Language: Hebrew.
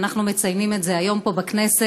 ואנחנו מציינים את זה היום בכנסת.